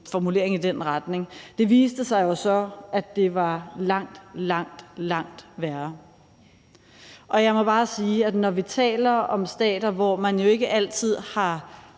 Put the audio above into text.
formulering i den retning. Det viste sig jo så, at det var langt, langt værre. Jeg må bare sige, at når vi taler om stater, hvor man ikke altid kan